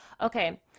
Okay